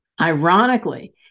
Ironically